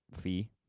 fee